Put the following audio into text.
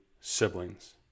siblings